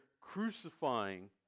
crucifying